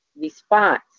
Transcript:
response